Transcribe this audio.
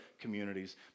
communities